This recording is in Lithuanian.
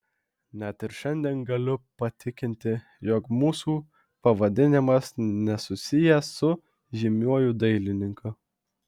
net ir šiandien galiu patikinti jog mūsų pavadinimas nesusijęs su žymiuoju dailininku